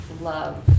love